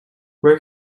where